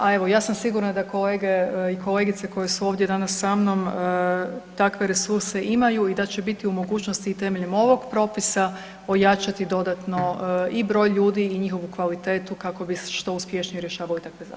A evo, ja sam sigurna da kolege i kolegice koje su ovdje danas sa mnom takve resurse imaju i da će biti u mogućnosti i temeljem ovog propisa ojačati dodatno i broj ljudi i njihovu kvalitetu kako bi što uspješnije rješavali takve zadaće.